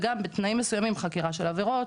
וגם בתנאים מסוימים חקירה של עבירות,